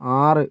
ആറ്